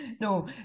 No